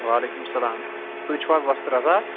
واعلیکُم اسَلام تُہۍ چھُ حظ وۄستہٕ رَزاق